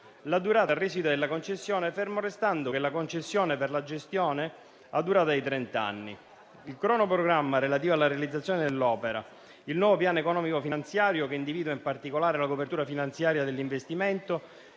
la durata residua della concessione per la gestione, fermo restando che ha durata di trent'anni; il cronoprogramma relativo alla realizzazione dell'opera; il nuovo piano economico finanziario, che individua, in particolare, la copertura finanziaria dell'investimento,